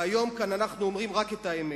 והיום כאן אנחנו אומרים רק את האמת.